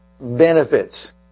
benefits